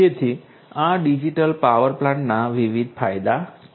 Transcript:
તેથી આ digital power પ્લાન્ટના આ વિવિધ ફાયદા છે